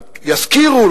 ישכירו,